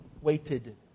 waited